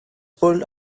pulled